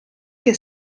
che